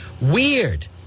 Weird